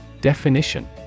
Definition